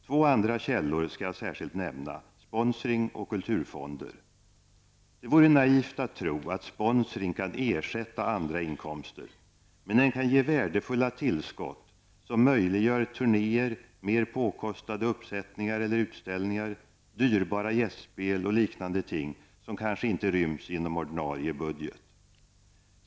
Två andra källor skall jag särskilt nämna; Det vore naivt att tro att sponsring kan ersätta andra inkomster. Men den kan ge värdefulla tillskott som möjliggör turnéer, mer påkostade uppsättningar eller utställningar, dyrbara gästspel och liknande ting som kanske inte ryms inom ordinarie budget.